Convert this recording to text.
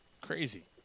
Crazy